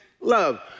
love